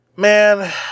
Man